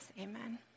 Amen